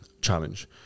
challenge